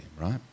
right